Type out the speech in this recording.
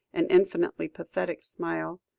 an infinitely pathetic smile.